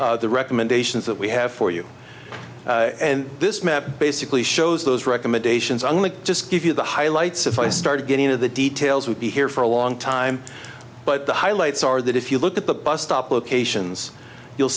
design the recommendations that we have for you and this map basically shows those recommendations only just give you the highlights if i started getting into the details would be here for a long time but the highlights are that if you look at the bus stop locations you'll